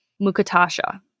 Mukatasha